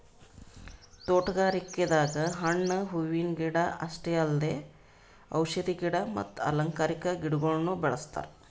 ತೋಟಗಾರಿಕೆದಾಗ್ ಹಣ್ಣ್ ಹೂವಿನ ಗಿಡ ಅಷ್ಟೇ ಅಲ್ದೆ ಔಷಧಿ ಗಿಡ ಮತ್ತ್ ಅಲಂಕಾರಿಕಾ ಗಿಡಗೊಳ್ನು ಬೆಳೆಸ್ತಾರ್